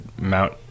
Mount